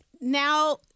now